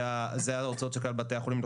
זה ההוצאות של כלל בתי החולים,